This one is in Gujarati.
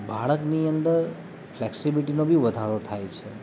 બાળકની અંદર ફલેક્સીબ્લીટીનો બી વધારો થાય છે